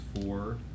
four